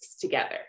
together